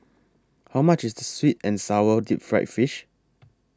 How much IS Sweet and Sour Deep Fried Fish